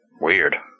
Weird